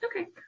Okay